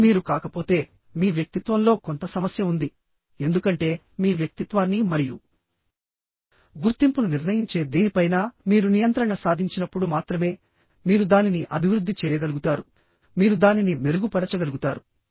అది మీరు కాకపోతే మీ వ్యక్తిత్వంలో కొంత సమస్య ఉంది ఎందుకంటే మీ వ్యక్తిత్వాన్ని మరియు గుర్తింపును నిర్ణయించే దేనిపైనా మీరు నియంత్రణ సాధించినప్పుడు మాత్రమే మీరు దానిని అభివృద్ధి చేయగలుగుతారు మీరు దానిని మెరుగుపరచగలుగుతారు